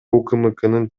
укмкнын